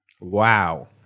Wow